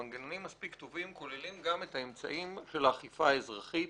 מנגנונים מספיק טובים כוללים גם את האמצעים של האכיפה האזרחית